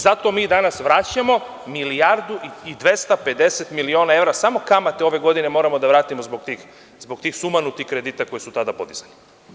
Zato mi danas vraćamo milijardu i 250 miliona evra, samo kamate ove godine moramo da vratimo zbog tih sumanutih kredita koji su tada podizani.